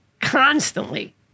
constantly